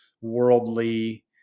worldly